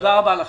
תודה רבה.